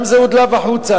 גם זה הודלף החוצה.